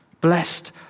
Blessed